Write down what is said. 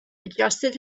adjusted